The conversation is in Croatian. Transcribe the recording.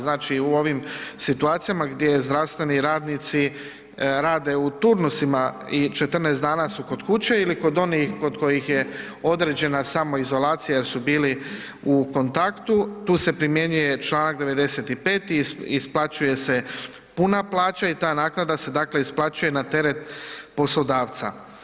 Znači, u ovim situacijama gdje zdravstveni radnici rade u turnusima i 14 dana su kod kuće ili kod onih kod kojih je određena samoizolacija jer su bili u kontaktu, tu se primjenjuje čl. 95., isplaćuje se puna plaća i ta naknada se, dakle isplaćuje na teret poslodavca.